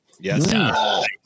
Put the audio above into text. Yes